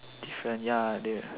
different ya the